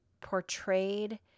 portrayed